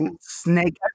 Snake